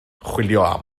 chwilio